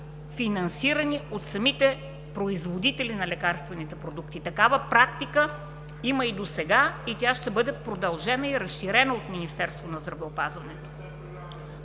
финансирани от самите производители на лекарствените продукти. Такава практика има и досега, и тя ще бъде продължена и разширена от Министерството на здравеопазването.